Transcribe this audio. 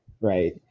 right